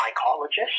psychologist